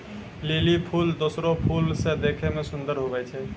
lily फूल दोसरो फूल से देखै मे सुन्दर हुवै छै